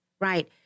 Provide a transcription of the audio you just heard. right